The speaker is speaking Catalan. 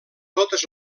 totes